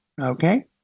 okay